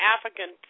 African